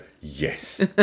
yes